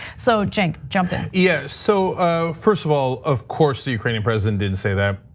so cenk, jump in. yes, so first of all, of course, the ukarian president didn't say that.